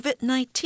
COVID-19